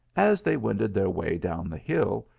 as they wended their way down the hill,